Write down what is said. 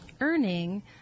earning